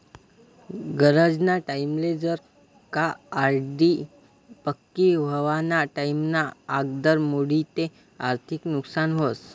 गरजना टाईमले जर का आर.डी पक्की व्हवाना टाईमना आगदर मोडी ते आर्थिक नुकसान व्हस